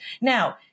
Now